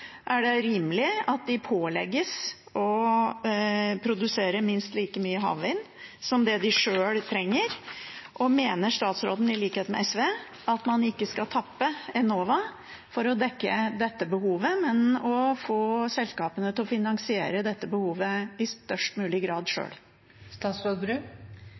Er det rimelig at de pålegges å produsere minst like mye havvind som det de sjøl trenger? Mener statsråden, i likhet med SV, at man ikke skal tappe Enova for å dekke dette behovet, men få selskapene til å finansiere dette behovet i størst mulig grad